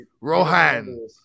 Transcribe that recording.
Rohan